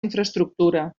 infraestructura